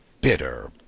bitter